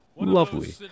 Lovely